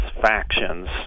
factions